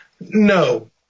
No